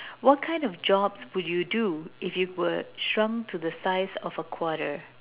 what kind of jobs would you do if you were shrunk to the size of a quarter